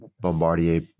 Bombardier